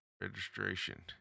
Registration